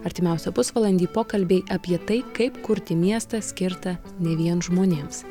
artimiausią pusvalandį pokalbiai apie tai kaip kurti miestą skirtą ne vien žmonėms